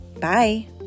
Bye